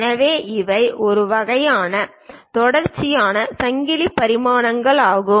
எனவே இவை ஒரு வகையான தொடர்ச்சியான சங்கிலி பரிமாணமாகும்